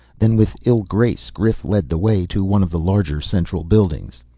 then, with ill grace, grif led the way to one of the larger, central buildings.